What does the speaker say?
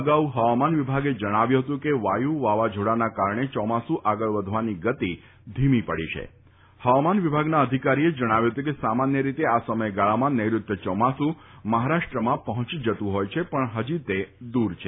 અગાઉ ફવામાન વિભાગે જણાવ્યું હતું કે વાયુ વાવાઝોડાના કારણે ચોમાસુ આગળ વધવાની ગતિ ધીમી પડી છાં ફવામાન વિભાગના અધિકારીએ જણાવ્યું ફતું કે સામાન્ય રીતે આ સમયગાળામાં નૈઋત્યુ ચોમાસુ મફારાષ્ટ્રમાં પહોંચી જતું હોય છે પણ ફજી તે દૂર છે